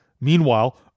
Meanwhile